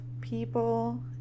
people